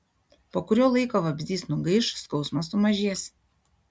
po kurio laiko vabzdys nugaiš skausmas sumažės